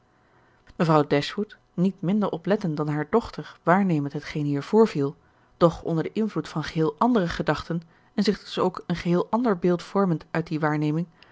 mevrouw dashwood niet minder oplettend dan hare dochter waarnemend hetgeen hier voorviel doch onder den invloed van geheel andere gedachten en zich dus ook een geheel ander beeld vormend uit die waarneming